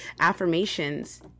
affirmations